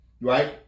right